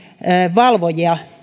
valvojia